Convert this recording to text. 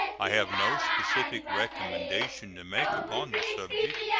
i have no specific recommendation to make upon the subject,